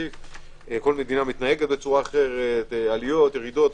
מדינה מתנהגת אחרת, עליות, ירידות.